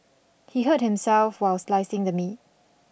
he hurt himself while slicing the meat